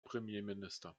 premierminister